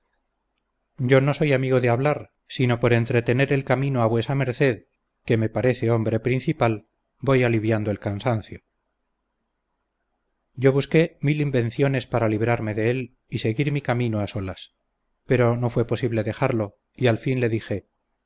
yo no soy amigo de hablar sino por entretener en el camino a vuesa merced que me parece hombre principal voy aliviando el cansancio yo busqué mil invenciones para librarme de él y seguir mi camino a solas pero no fue posible dejarlo y al fin le dije